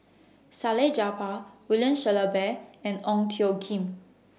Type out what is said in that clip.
Salleh Japar William Shellabear and Ong Tjoe Kim